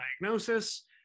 diagnosis